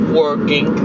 working